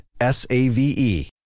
S-A-V-E